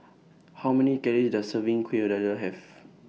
How Many Calories Does A Serving Kueh Dadar Have